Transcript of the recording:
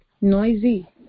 noisy